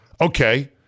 Okay